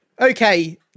okay